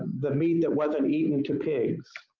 the meat that wasn't eaten to pigs.